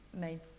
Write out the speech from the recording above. made